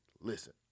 Listen